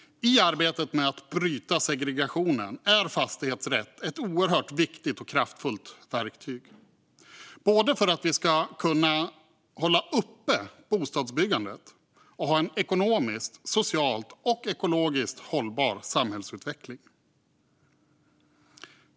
I arbetet med att bryta segregationen är fastighetsrätt ett oerhört viktigt och kraftfullt verktyg, både för att vi ska kunna hålla uppe bostadsbyggandet och för att vi ska kunna ha en ekonomiskt, socialt och ekologiskt hållbar samhällsutveckling.